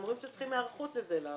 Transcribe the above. הם אומרים שהם צריכים היערכות לזה.